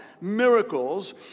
miracles